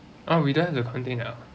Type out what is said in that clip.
oh will there the quarantine that uh